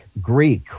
Greek